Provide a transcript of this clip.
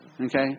Okay